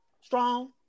strong